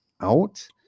out